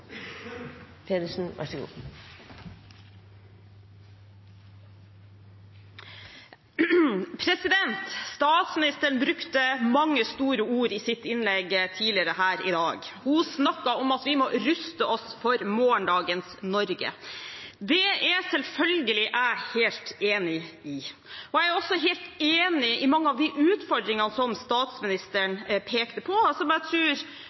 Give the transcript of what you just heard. Statsministeren brukte mange store ord i sitt innlegg tidligere her i dag. Hun snakket om at vi må ruste oss for morgendagens Norge. Det er jeg selvfølgelig helt enig i. Jeg er også helt enig i mange av de utfordringene som statsministeren pekte på, og som jeg